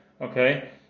Okay